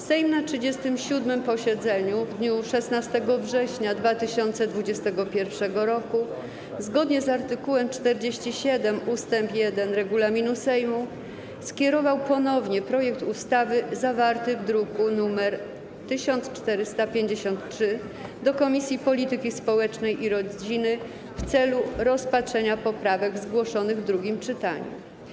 Sejm na 37. posiedzeniu w dniu 16 września 2021 r. zgodnie z art. 47 ust. 1 regulaminu Sejmu skierował ponownie projekt ustawy zawarty w druku nr 1453 do Komisji Polityki Społecznej i Rodziny w celu rozpatrzenia poprawek zgłoszonych w drugim czytaniu.